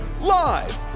live